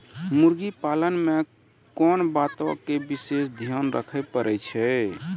मुर्गी पालन मे कोंन बातो के विशेष ध्यान रखे पड़ै छै?